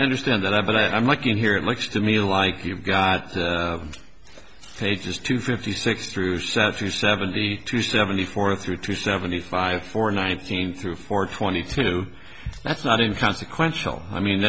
understand that i but i'm looking here it looks to me like you've got pages two fifty six through south through seventy two seventy four through two seventy five four nineteen through four twenty two that's not in consequential i mean